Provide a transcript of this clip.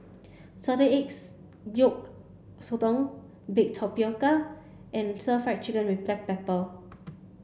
salted eggs yolk Sotong baked tapioca and stir fried chicken with black pepper